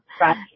Right